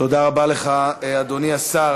תודה רבה לך, אדוני השר.